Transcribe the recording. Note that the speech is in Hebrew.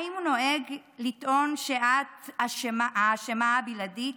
האם הוא נוהג לטעון שאת האשמה הבלעדית